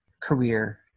career